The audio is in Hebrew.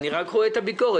אני רק רואה את הביקורת.